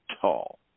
tall